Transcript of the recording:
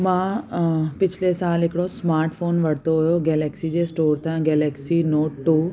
मां पिछले साल हिकिड़ो स्माट फ़ोन वरितो हुयो गैलेक्सी जे स्टोर तां गैलैक्सी नोट टू